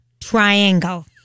triangle